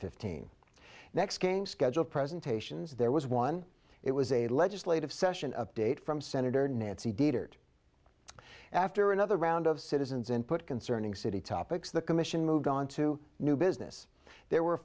fifteen next game scheduled presentations there was one it was a legislative session update from senator nancy after another round of citizens input concerning city topics the commission moved on to new business there were